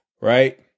right